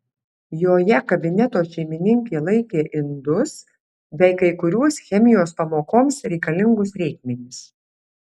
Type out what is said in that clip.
joje kabineto šeimininkė laikė indus bei kai kuriuos chemijos pamokoms reikalingus reikmenis